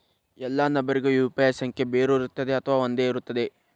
ಎಲ್ಲಾ ನಂಬರಿಗೂ ಯು.ಪಿ.ಐ ಸಂಖ್ಯೆ ಬೇರೆ ಇರುತ್ತದೆ ಅಥವಾ ಒಂದೇ ಇರುತ್ತದೆ?